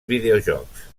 videojocs